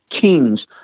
kings